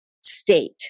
state